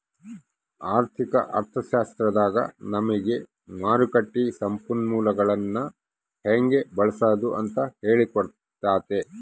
ಆರ್ಥಿಕ ಅರ್ಥಶಾಸ್ತ್ರದಾಗ ನಮಿಗೆ ಮಾರುಕಟ್ಟ ಸಂಪನ್ಮೂಲಗುಳ್ನ ಹೆಂಗೆ ಬಳ್ಸಾದು ಅಂತ ಹೇಳಿ ಕೊಟ್ತತೆ